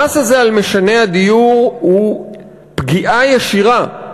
המס הזה על משני הדיור הוא פגיעה ישירה,